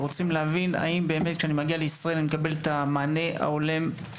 ורוצים להבין האם כשיגיעו לישראל מקבלים את המענה ההולם.